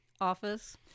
office